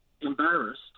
embarrassed